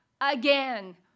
again